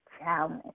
challenge